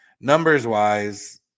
numbers-wise